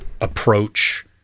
approach